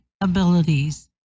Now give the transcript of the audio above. abilities